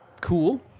Cool